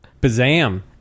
bazam